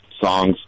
songs